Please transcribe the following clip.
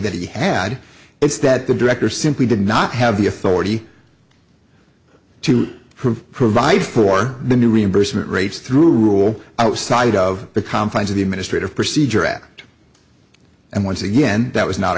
that he had it's that the director simply did not have the authority to provide for the new reimbursement rates through rule outside of the confines of the administrative procedure act and once again that was not